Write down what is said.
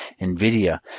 Nvidia